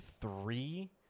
three